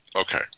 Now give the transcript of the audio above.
Okay